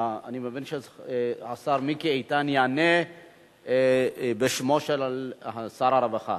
אני מבין שהשר מיקי איתן יענה בשמו של שר הרווחה.